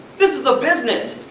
this is a business!